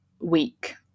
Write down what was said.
week